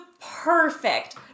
perfect